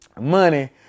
money